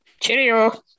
Cheerio